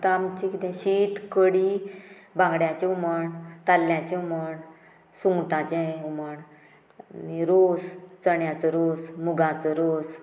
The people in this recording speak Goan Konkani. आतां आमचें कितें शीत कडी बांगड्याचें हुमण ताल्ल्याचें हुमण सुंगटांचें हुमण आनी रोस चण्यांचो रोस मुगांचो रोस